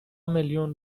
میلیون